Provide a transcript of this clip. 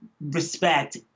respect